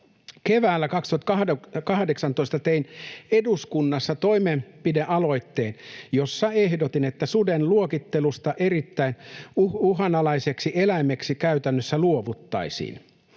Keväällä 2018 tein eduskunnassa toimenpidealoitteen, jossa ehdotin, että suden luokittelusta erittäin uhanalaiseksi eläimeksi käytännössä luovuttaisiin.